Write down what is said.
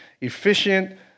efficient